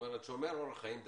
שומר אורח חיים דתי.